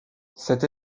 cette